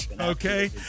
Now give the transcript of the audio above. okay